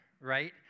right